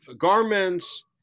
garments